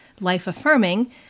life-affirming